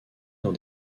dans